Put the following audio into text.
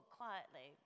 quietly